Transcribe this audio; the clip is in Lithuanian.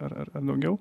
ar ar daugiau